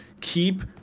keep –